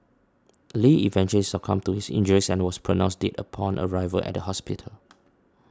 Lee eventually succumbed to his injuries and was pronounced dead upon arrival at the hospital